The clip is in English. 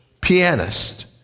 pianist